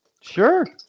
sure